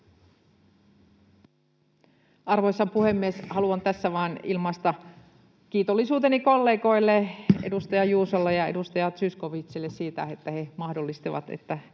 Arvoisa puhemies! Haluan tässä vain ilmaista kiitollisuuteni kollegoille, edustaja Juusolle ja edustaja Zyskowiczille, siitä, että he mahdollistivat, että